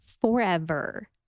forever